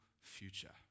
future